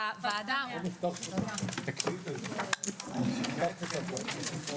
הישיבה ננעלה בשעה 13:30.